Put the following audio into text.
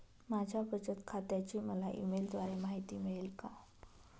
माझ्या बचत खात्याची मला ई मेलद्वारे माहिती मिळेल का?